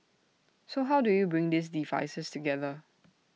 so how do you bring these devices together